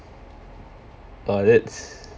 oh that's